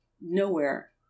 Nowhere